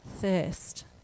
thirst